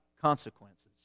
consequences